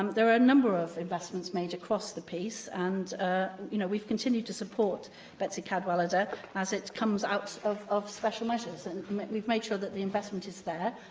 um there are a number of investments made across the piece, and you know we've continued to support betsi cadwaladr as it comes out of of special measures. and we've made sure that the investment is there,